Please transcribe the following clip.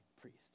priest